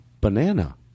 Banana